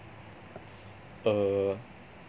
err